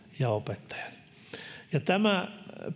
ja opettajat tämä